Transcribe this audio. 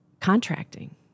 contracting